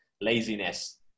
laziness